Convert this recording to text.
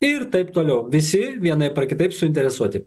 ir taip toliau visi vienaip ar kitaip suinteresuoti